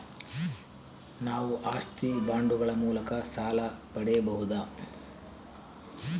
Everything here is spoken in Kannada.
ನಾವು ಆಸ್ತಿ ಬಾಂಡುಗಳ ಮೂಲಕ ಸಾಲ ಪಡೆಯಬಹುದಾ?